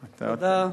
תודה.